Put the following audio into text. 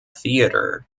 theatre